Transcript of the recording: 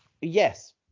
Yes